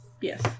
Yes